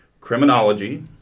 criminology